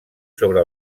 sobre